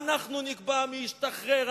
אנחנו נקבע מי ישתחרר,